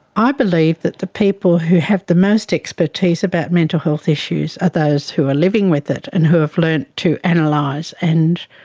i believe that the people who have the most expertise about mental health issues are those who are living with it and who have learnt to analyse and like and